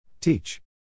Teach